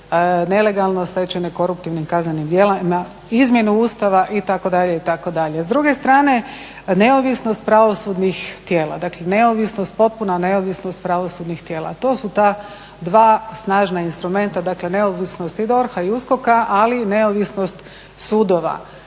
nelegalno stečene koruptivnim kaznenim djelima, izmjene Ustava itd. itd. S druge strane neovisnost pravosudnih tijela, dakle neovisnost, potpuna neovisnost pravosudnih tijela. To su ta dva snažna instrumenta, dakle neovisnost i DORH-a i USKOK-a ali i neovisnost sudova